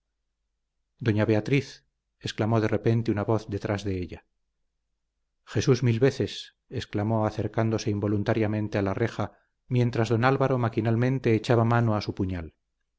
doña beatriz exclamó de repente una voz detrás de ella jesús mil veces exclamó acercándose involuntariamente a la reja mientras don álvaro maquinalmente echaba mano a su puñal